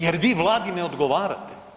Jer vi Vladi ne odgovarate.